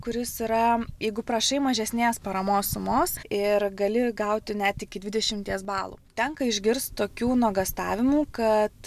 kuris yra jeigu prašai mažesnės paramos sumos ir gali gauti net iki dvidešimties balų tenka išgirst tokių nuogąstavimų kad